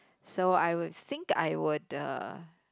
so I would think I would a